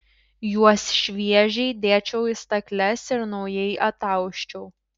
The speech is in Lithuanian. juos šviežiai dėčiau į stakles ir naujai atausčiau